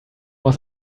was